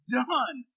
done